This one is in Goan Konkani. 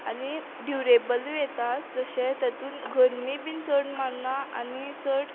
आनी ड्युरेबलूय येता जशें तातून गर्मी बीन चड मारना आनी चड